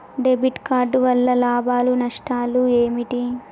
Debit card వల్ల లాభాలు నష్టాలు ఏమిటి?